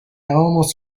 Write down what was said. almost